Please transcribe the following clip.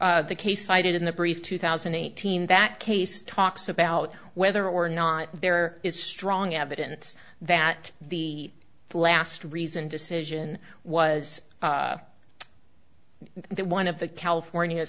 the case cited in the brief two thousand and eighteen that case talks about whether or not there is strong evidence that the last reasoned decision was then one of the california